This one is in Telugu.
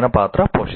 ముఖ్యమైన పాత్ర పోషిస్తాయి